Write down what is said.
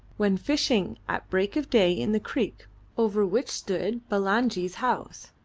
when fishing at break of day in the creek over which stood bulangi's house.